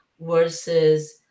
versus